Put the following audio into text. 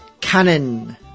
Cannon